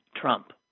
Trump